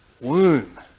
womb